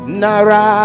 nara